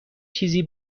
چیزی